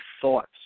thoughts